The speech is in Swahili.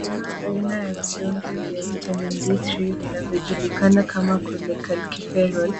Dawa aina ya vidonge vya Vitamin D3 vinanavyojulikana kama Cholecalciferol ,